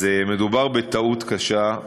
אז מדובר בטעות קשה.